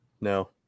No